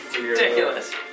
Ridiculous